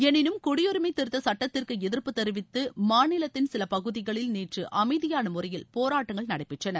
எனினும் குடியுரிமை திருத்த சட்டத்திற்கு எதிர்ப்பு தெரிவித்து மாநிலத்தின் சில பகுதிகளில் நேற்று அமைதியான முறையில் போராட்டங்கள் நடைபெற்றன